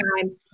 time